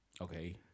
Okay